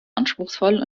anspruchsvoll